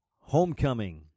Homecoming